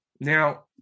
Now